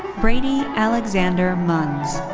brady alexander munz.